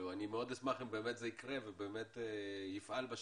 מאוד אשמח אם באמת זה יקרה ובאמת יפעל בשטח.